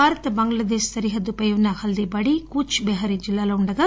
భారత్ బంగ్లాదేశ్ సరిహద్దు పై ఉన్న హల్దీ బాడీ కూచ్ బిహార్ జిల్లాలో ఉంది